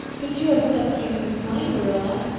but you have such strength of mind, marilla.